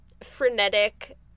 frenetic